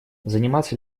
заниматься